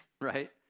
right